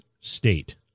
state